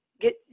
get